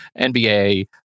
NBA